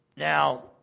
Now